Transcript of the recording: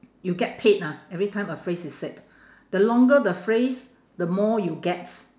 you get paid ah every time a phrase is said the longer the phrase the more you gets